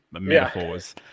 metaphors